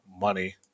money